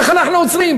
איך אנחנו עוצרים?